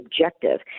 objective